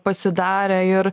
pasidarę ir